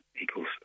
equals